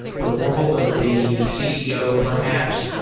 the world of the ceo perhaps.